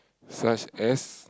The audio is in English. such as